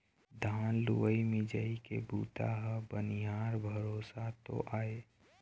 धान लुवई मिंजई के बूता ह बनिहार भरोसा तो आय